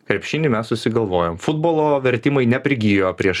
krepšinį mes susigalvojom futbolo vertimai neprigijo prieš